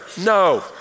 No